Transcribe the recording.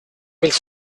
mille